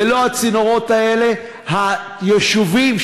ללא הצינורות האלה היישובים,